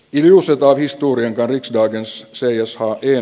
kiljuset kauhistuu rientänyt vaikeus syyshallayö